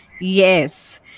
Yes